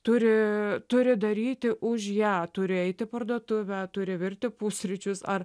turi turi daryti už ją turiu eiti į parduotuvę turi virti pusryčius ar